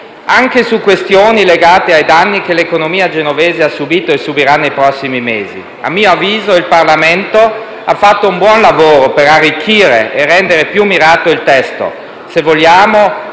su questioni legate ai danni che l'economia genovese ha subìto e subirà nei prossimi mesi. A mio avviso il Parlamento ha fatto un buon lavoro per arricchire e rendere più mirato il testo. Se vogliamo,